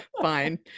Fine